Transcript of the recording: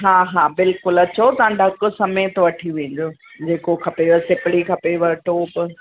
हा बिल्कुलु अचो तव्हां ढक समेत वठी वञिजो जेको खपेव सिपरी खपेव टोप